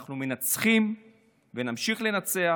אנחנו מנצחים ונמשיך לנצח